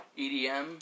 EDM